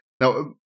Now